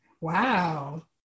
Wow